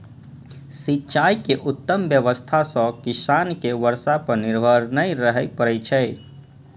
सिंचाइ के उत्तम व्यवस्था सं किसान कें बर्षा पर निर्भर नै रहय पड़ै छै